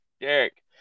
Derek